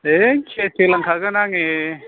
दे सेरसे लोंखागोन आङो